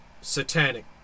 satanic